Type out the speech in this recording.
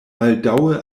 baldaŭe